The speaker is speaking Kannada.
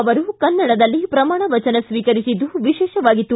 ಅವರು ಕನ್ನಡದಲ್ಲಿ ಪ್ರಮಾಣವಚನ ಸ್ವೀಕರಿಸಿದ್ದು ವಿಶೇಷವಾಗಿತ್ತು